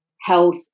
health